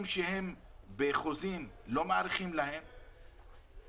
לא מאריכים חוזים לעובדים בחוזים,